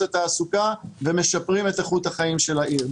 התעסוקה ומשפרים את איכות החיים של העיר.